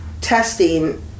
testing